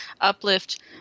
uplift